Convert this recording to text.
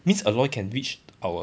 means aloy can reach our